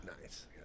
Nice